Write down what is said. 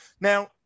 Now